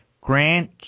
Grant